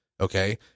okay